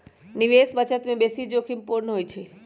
निवेश बचत से बेशी जोखिम पूर्ण होइ छइ